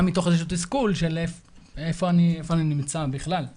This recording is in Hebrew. גם מתוך תחושה של תסכול, מאיפה אני נמצא בכלל.